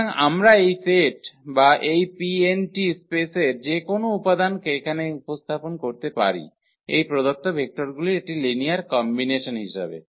সুতরাং আমরা এই সেট বা এই 𝑃𝑛 স্পেসের যে কোনও উপাদানকে এখানে উপস্থাপন করতে পারি এই প্রদত্ত ভেক্টরগুলির একটি লিনিয়ার কম্বিনেশন হিসাবে